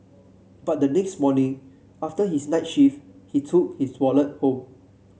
but the next morning after his night shift he took his wallet home